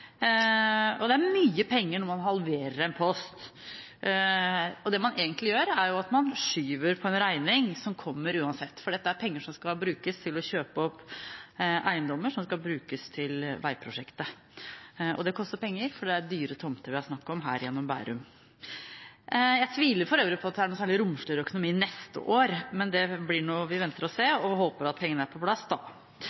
og det er mye penger når man halverer en post. Det man egentlig gjør, er at man skyver på en regning som kommer uansett, for dette er penger som skal brukes til å kjøpe opp eiendommer som skal brukes til veiprosjektet. Det koster penger, for det er dyre tomter gjennom Bærum det er snakk om. Jeg tviler for øvrig på at det er noe særlig romsligere økonomi neste år, men vi venter og ser, og håper at pengene er på plass da.